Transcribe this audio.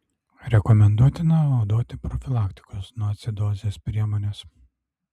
rekomenduotina naudoti profilaktikos nuo acidozės priemones